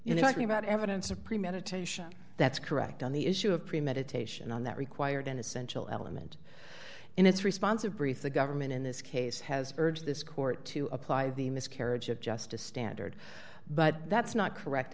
you know nothing about evidence of premeditation that's correct on the issue of premeditation on that required an essential element in its response a brief the government in this case has urged this court to apply the miscarriage of justice standard but that's not correct